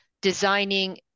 designing